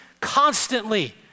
constantly